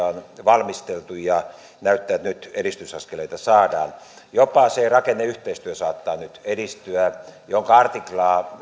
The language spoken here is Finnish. on valmisteltu ja näyttää että nyt edistysaskeleita saadaan jopa se rakenneyhteistyö saattaa nyt edistyä jonka artiklaa